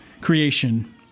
creation